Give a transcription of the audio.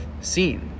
scene